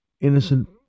innocent